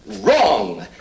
Wrong